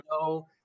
no